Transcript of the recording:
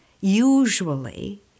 usually